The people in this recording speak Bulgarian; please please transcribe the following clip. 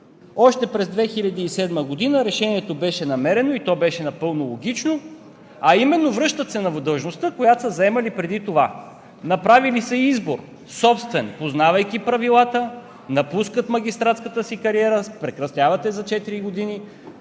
Още през 2007 г. решението беше намерено и то беше напълно логично, а именно: връщат се на длъжността, която са заемали преди това. Направили са собствен избор, познавайки правилата – напускат магистратската си кариера, прекратяват я за четири